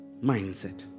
mindset